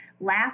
last